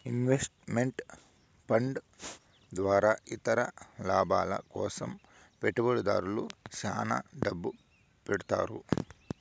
invest meant fund ద్వారా ఇతర లాభాల కోసం పెట్టుబడిదారులు శ్యాన డబ్బు పెడతారు